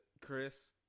Chris